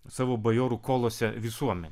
savo bajorų kolose visuomenę